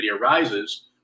arises